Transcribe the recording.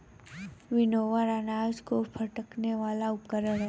winnower अनाज को फटकने वाला उपकरण है